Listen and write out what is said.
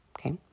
okay